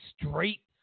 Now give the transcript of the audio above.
straight